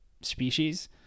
species